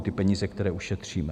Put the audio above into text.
Ty peníze, které ušetříme.